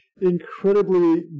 incredibly